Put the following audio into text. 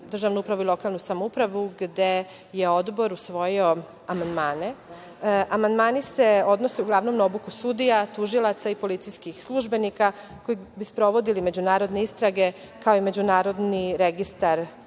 državnu upravu i lokalnu samoupravu gde je Odbor usvojio amandmane. Amandmani se odnose uglavnom na obuku sudija, tužilaca i policijskih službenika koji bi sprovodili međunarodne istrage, kao i Međunarodni registar